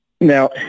Now